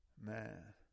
man